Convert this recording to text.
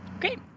Great